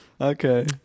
Okay